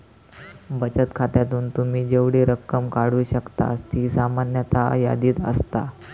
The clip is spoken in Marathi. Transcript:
बचत खात्यातून तुम्ही जेवढी रक्कम काढू शकतास ती सामान्यतः यादीत असता